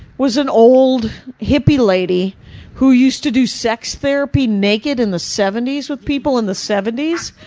was an old hippy lady who used to do sex therapy naked in the seventy s with people, in the seventy s,